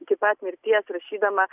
iki pat mirties rašydama